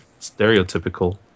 stereotypical